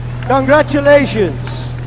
congratulations